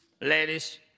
ladies